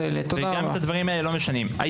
וגם את הדברים האלה לא משנים.